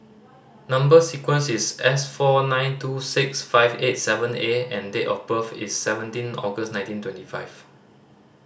number sequence is S four nine two six five eight seven A and date of birth is seventeen August nineteen twenty five